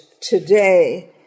today